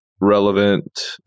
relevant